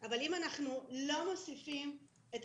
אבל אם אנחנו לא מוסיפים את